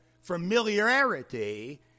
familiarity